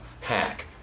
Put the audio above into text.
Hack